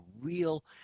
real